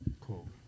Cool